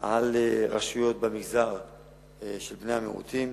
על רשויות במגזר של בני המיעוטים.